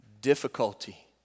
difficulty